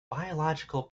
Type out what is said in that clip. biological